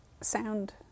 sound